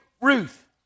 Ruth